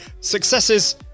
successes